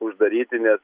uždaryti nes